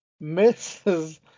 misses